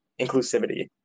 inclusivity